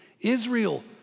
Israel